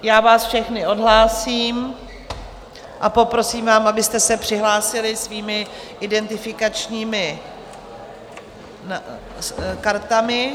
Já vás všechny odhlásím a poprosím vás, abyste se přihlásili svými identifikačními kartami.